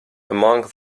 among